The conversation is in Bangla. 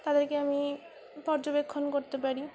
তাদেরকে আমি পর্যবেক্ষণ করতে পারি